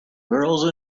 girls